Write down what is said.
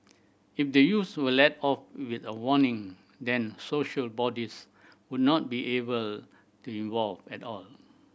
if the youths were let off with a warning then social bodies would not be involved at all